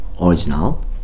original